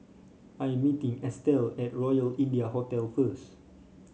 I'm meeting Estell at Royal India Hotel first